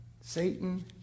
Satan